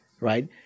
right